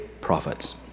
prophets